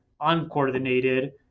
uncoordinated